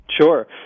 Sure